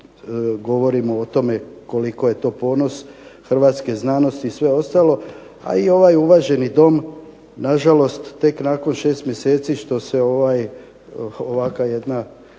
govorimo o tome koliko je to ponos hrvatske znanosti i sve ostalo, a i ovaj uvaženi Dom nažalost tek nakon 6 mjeseci što se ovakva jedna